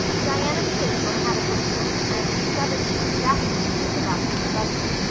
diana the faithful had a pencil and discovered a sheet of wrapping paper in the box of the buggy.